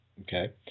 Okay